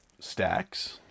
stacks